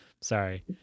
Sorry